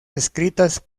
escritas